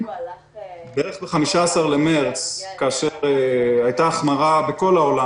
בערך ב-15 במרץ כאשר הייתה החמרה בכל העולם